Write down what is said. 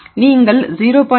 எனவே நீங்கள் 0